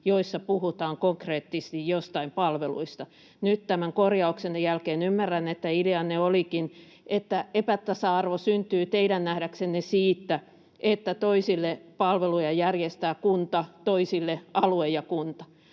joissa puhutaan konkreettisesti joistain palveluista. Nyt tämän korjauksenne jälkeen ymmärrän, että ideanne olikin, että epätasa-arvo syntyy teidän nähdäksenne siitä, että toisille palveluja järjestää kunta, toisille alue ja kunta.